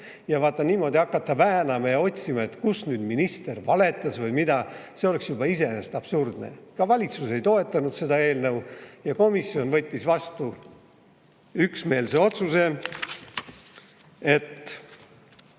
Ja vaata, niimoodi hakata väänama ja otsima, kus minister valetas või mida, see oleks juba iseenesest absurdne. Ka valitsus ei toetanud seda eelnõu ja komisjon võttis vastu üksmeelse otsuse, et